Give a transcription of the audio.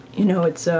you know it's